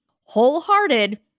Wholehearted